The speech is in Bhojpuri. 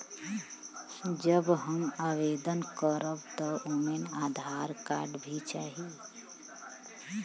जब हम आवेदन करब त ओमे आधार कार्ड भी चाही?